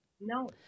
No